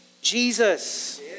Jesus